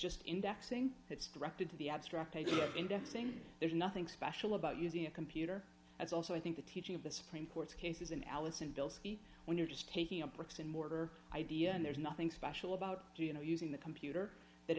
just indexing it's directed to the abstract idea of indexing there's nothing special about using a computer as also i think the teaching of the supreme court's cases in alice in bilski when you're just taking a bricks and mortar idea and there's nothing special about you know using the computer